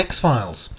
X-Files